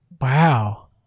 Wow